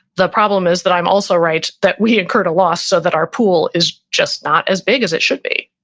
the problem is that i'm also right that we incurred a loss so that our pool is just not as big as it should be.